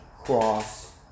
cross